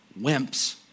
wimps